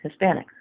Hispanics